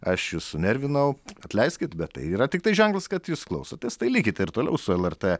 aš jus sunervinau atleiskit bet tai yra tiktai ženklas kad jūs klausotės tai likit ir toliau su lrt